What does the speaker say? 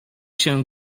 się